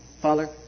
Father